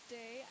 day